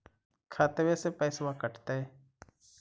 खतबे से पैसबा कटतय?